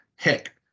Heck